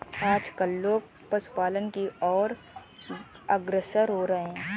आजकल लोग पशुपालन की और अग्रसर हो रहे हैं